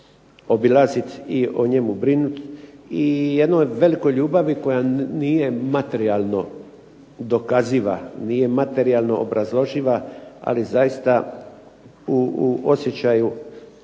obilaziti i o njemu brinuti i jednoj velikoj ljubavi koja nije materijalno dokaziva, nije materijalno obrazloživa, ali zaista u osjećaju